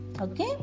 Okay